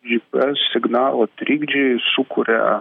gps signalų trikdžiai sukuria